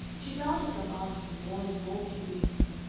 she found herself asking more and more curiously,